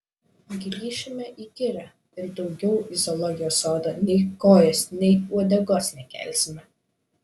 grįšime į girią ir daugiau į zoologijos sodą nei kojos nei uodegos nekelsime